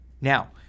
now